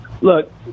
look